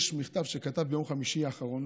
יש מכתב שכתב ביום חמישי האחרון